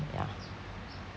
yeah